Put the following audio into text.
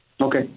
Okay